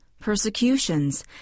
persecutions